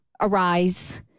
arise